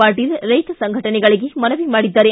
ಪಾಟೀಲ್ ರೈತ ಸಂಘಟನೆಗಳಿಗೆ ಮನವಿ ಮಾಡಿದ್ದಾರೆ